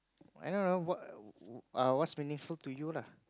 I don't know what err what's meaningful to you lah